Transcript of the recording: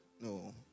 no